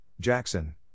Jackson